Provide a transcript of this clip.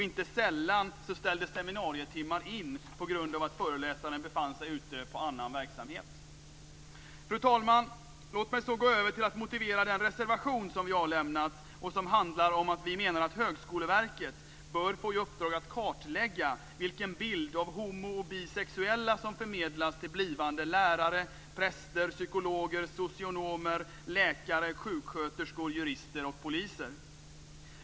Inte sällan ställdes seminarietimmar in på grund av att föreläsaren befann sig ute på annan verksamhet. Fru talman! Låt mig så gå över till att motivera den reservation som vi har avlämnat och som handlar om att vi menar att Högskoleverket bör få i uppdrag att kartlägga vilken bild av homo och bisexuella som förmedlas till blivande lärare, präster, psykologer, socionomer, läkare, sjuksköterskor, jurister och poliser.